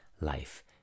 life